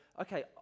okay